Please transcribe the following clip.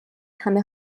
همه